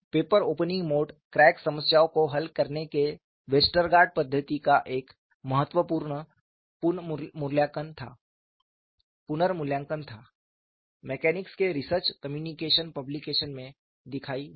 paper opening mode crack समस्याओं को हल करने के वेस्टरगार्ड पद्धति का एक महत्वपूर्ण पुनर्मूल्यांकन था मैकेनिक्स के रिसर्च कम्युनिकेशन पब्लिकेशन में दिखाई दिया